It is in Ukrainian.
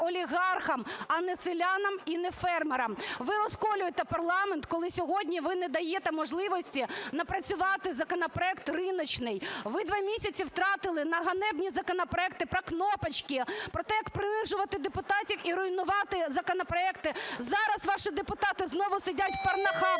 олігархам, а не селянам і не фермерам. Ви розколюєте парламент, коли сьогодні ви не даєте можливості напрацювати законопроект рыночный. Ви два місяці втратили на ганебні законопроекти про кнопочки, про те, як принижувати депутатів і руйнувати законопроекти. Зараз ваші депутати знову сидять в порнохабах,